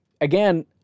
Again